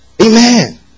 Amen